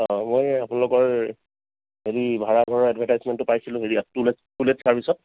অঁ মই আপোনালোকৰ হেৰি ভাড়াঘৰৰ এডভাৰ্টাইজমেন্টটো পাইছিলোঁ হেৰিয়াত টু লেট টু লেট চাৰ্ভিচত